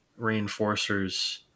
reinforcers